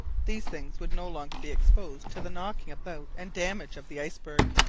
these things would no longer be exposed to the knocking about and damage of the iceberg.